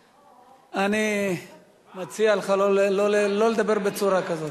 אני מציע לך לא לדבר בצורה כזאת.